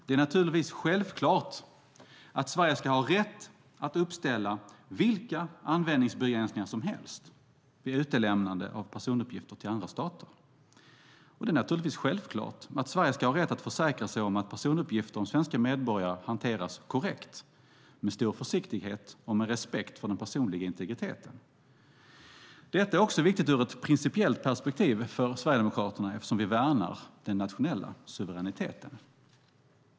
Det är naturligtvis självklart att Sverige ska ha rätt att uppställa vilka användningsbegränsningar som helst vid utlämnande av personuppgifter till andra stater. Det är naturligtvis självklart att Sverige ska ha rätt att försäkra sig om att personuppgifter om svenska medborgare hanteras korrekt, med stor försiktighet och med respekt för den personliga integriteten. Detta är också viktigt ur ett principiellt perspektiv för Sverigedemokraterna, eftersom vi värnar den nationella suveräniteten.